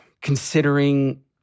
considering